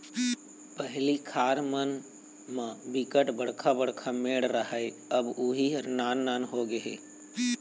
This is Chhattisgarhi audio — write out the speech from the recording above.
पहिली खार मन म बिकट बड़का बड़का मेड़ राहय अब उहीं ह नान नान होगे हे